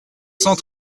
cent